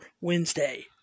Wednesday